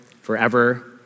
forever